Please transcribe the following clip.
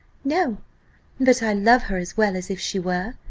no but i love her as well as if she were,